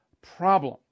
problem